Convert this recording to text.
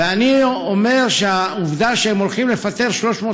ואני אומר שהעובדה שהם הולכים לפטר 350